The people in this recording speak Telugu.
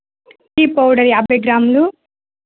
టీ పౌడర్ యాభై గ్రాములు